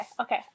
okay